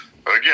Again